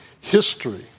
history